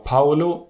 Paulo